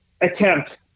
attempt